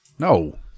No